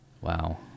Wow